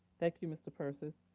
thank you, mr. persis.